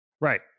right